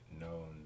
known